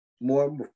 more